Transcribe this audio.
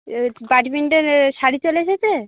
এ বাটি প্রিন্টের এ শাড়ি চলে এসেছে